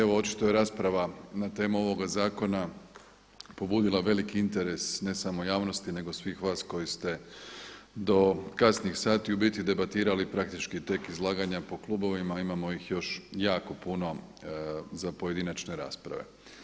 Evo očito je rasprava na temu ovoga zakona pobudila veliki interes ne samo javnosti nego svih vas koji ste do kasnih sati u biti debatirali praktički tek izlaganja po klubovima, imamo ih još jako puno za pojedinačne rasprave.